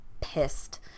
pissed